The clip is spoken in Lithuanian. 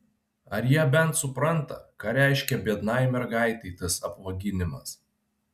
ar jie bent supranta ką reiškia biednai mergaitei tas apvaginimas